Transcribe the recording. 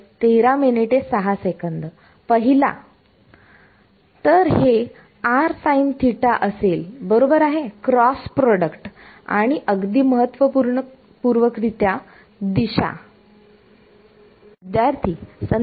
तर हे r sin θ असेल बरोबर आहे क्रॉस प्रॉडक्ट आणि अगदी महत्व पूर्वक रित्या दिशा